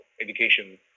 education